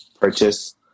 purchase